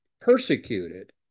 persecuted